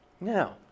Now